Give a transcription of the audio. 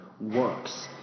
works